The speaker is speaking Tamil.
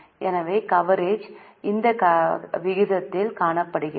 எனவே கவரேஜ் இந்த விகிதத்தில் காணப்படுகிறது